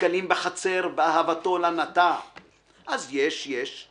דקלים בחצר באהבתו לה נטע/ אז יש ויש/